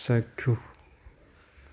চাক্ষুষ